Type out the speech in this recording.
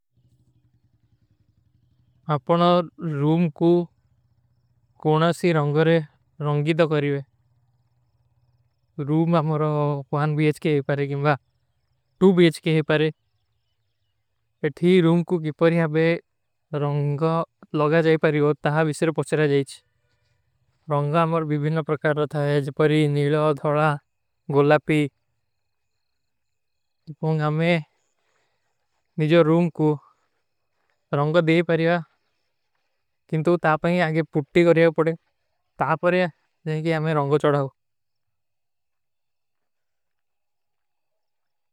ଅପନା ରୂମ କୂ କୋନା ସୀ ରଂଗରେ ରଂଗୀ ଦୋ କରିଵେ। ରୂମ ଆମାର ପହାନ ବୀଏଚ କେ ହୈ ପରେ କିମବା, ଟୂ ବୀଏଚ କେ ହୈ ପରେ। ଇଠୀ ରୂମ କୂ କି ପରିଯାବେ ରଂଗ ଲଗା ଜାଈ ପରିଯୋ, ତହାଂ ଵିସେରୋ ପଚ୍ଚରା ଜାଈଚ। ରଂଗା ଆମାର ଵିଭୀନ ପରକାର ଥାଯେ, ଜପରୀ, ନୀଲା, ଧଳା, ଗୋଲାପୀ। ପୂଂଗ ଆମେ ନିଜୋ ରୂମ କୂ ରଂଗ ଦେଖ ପରିଯା, କିଂଟୋ ତା ପରେଂଗେ ଆଗେ ପୁଟ୍ଟୀ କରିଯା ପଡେଂଗ, ତା ପରେଂଗେ ଜାଏ କି ଆମେ ରଂଗୋ ଚଡାଓ।